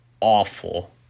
awful